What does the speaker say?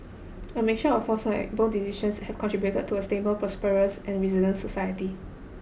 a mixture of foresight and bold decisions have contributed to a stable prosperous and resilient society